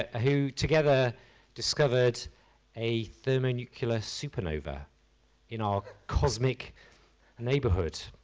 ah who together discovered a thermonuclear supernova in our cosmic neighbourhood.